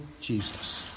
Jesus